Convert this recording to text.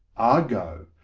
argo,